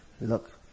look